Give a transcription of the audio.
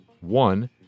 One